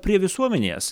prie visuomenės